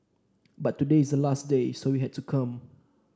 but today is the last day so we had to come